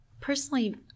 personally